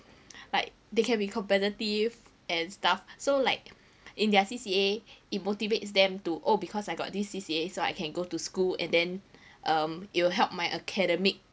like they can be competitive and stuff so like in their C_C_A it motivates them to oh because I got this C_C_A so I can go to school and then um it'll help my academic